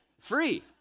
Free